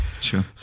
Sure